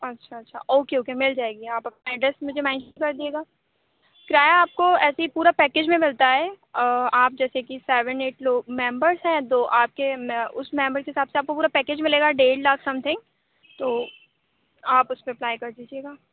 اچھا اچھا okay okay مل جائے گی آپ اپنا ایڈریس مجھے میسج کر دیجیے گا کرایہ آپ کو ایسے ہی پورا پیکج میں ملتا ہے آپ جیسے کہ سیون ایٹ لوگ ممبرس ہیں تو آپ كے اُس ممبر كے حساب سے آپ کو پورا پیکج ملے گا ڈیڑھ لاكھ سم تھنگ تو آپ اُس پہ اپلائی كر دیجیے گا